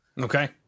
Okay